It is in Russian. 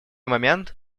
момент